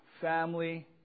family